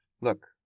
Look